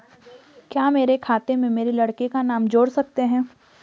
क्या मेरे खाते में मेरे लड़के का नाम जोड़ सकते हैं?